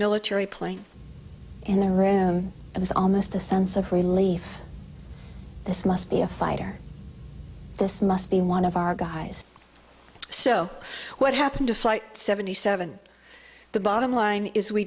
military plane in there and it was almost a sense of relief this must be a fighter this must be one of our guys so what happened to flight seventy seven the bottom line is we